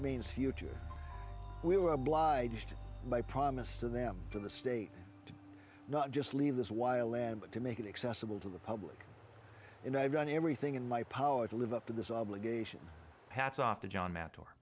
means future we were obliged by promise to them to the state not just leave this while lead to make it accessible to the public and i run everything in my power to live up to this obligation hats off to john matt or